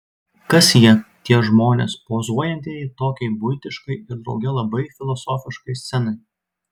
kas jie tie žmonės pozuojantieji tokiai buitiškai ir drauge labai filosofiškai scenai